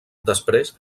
després